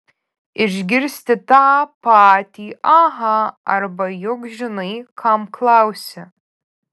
išgirsti tą patį aha arba juk žinai kam klausi